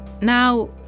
Now